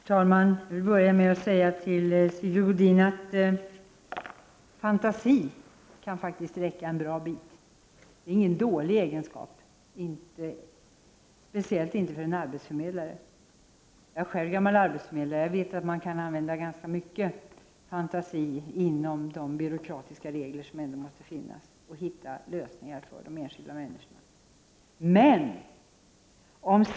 Herr talman! Jag vill börja med att säga till Sigge Godin att fantasi kan räcka en bra bit. Det är ingen dålig egenskap, speciellt inte för en arbetsförmedlare. Jag är själv gammal arbetsförmedlare, och jag vet att man kan använda ganska mycket fantasi inom de byråkratiska ramar som ändå måste finnas och på det sättet få fram lösningar för de enskilda människorna.